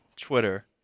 Twitter